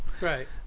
Right